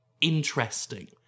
Interesting